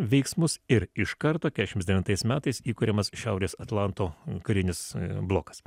veiksmus ir iš karto keturiasdešimt devintais metais įkuriamas šiaurės atlanto karinis blokas